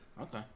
Okay